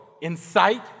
incite